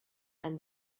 and